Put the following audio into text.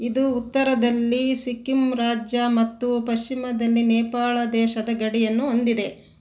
ಇದು ಉತ್ತರದಲ್ಲಿ ಸಿಕ್ಕಿಮ್ ರಾಜ್ಯ ಮತ್ತು ಪಶ್ಚಿಮದಲ್ಲಿ ನೇಪಾಳ ದೇಶದ ಗಡಿಯನ್ನು ಹೊಂದಿದೆ